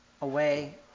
away